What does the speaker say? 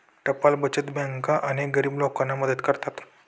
टपाल बचत बँका अनेक गरीब लोकांना मदत करतात